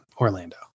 Orlando